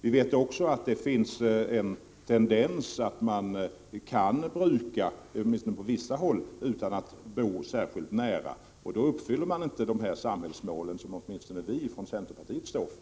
Vi vet också att det finns en tendens att man kan bruka — åtminstone på vissa håll — utan att bo särskilt nära, och då uppfyller man inte de samhällsmål som åtminstone vi inom centerpartiet står för.